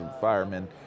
firemen